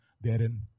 therein